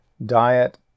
diet